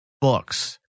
books